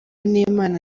n’imana